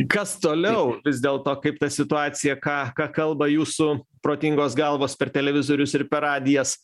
kas toliau vis dėl to kaip ta situacija ką ką kalba jūsų protingos galvos per televizorius ir per radijas